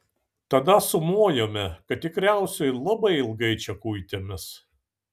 tada sumojome kad tikriausiai labai ilgai čia kuitėmės